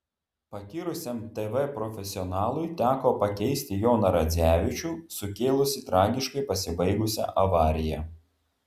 patyrusiam tv profesionalui teko pakeisti joną radzevičių sukėlusį tragiškai pasibaigusią avariją